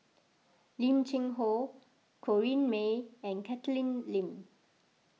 Lim Cheng Hoe Corrinne May and Catherine Lim